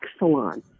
Exelon